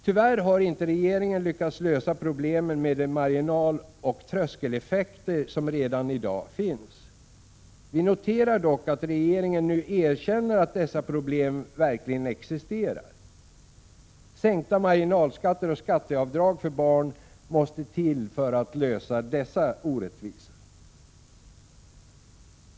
Tyvärr har inte regeringen lyckats lösa problemen med de marginaloch tröskeleffekter som redan i dag finns. Vi noterar dock att regeringen nu erkänner att dessa problem verkligen existerar. Sänkta marginalskatter och skatteavdrag för barn måste till för att lösa dessa orättvisor.